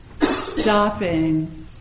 stopping